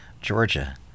Georgia